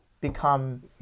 become